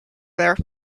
there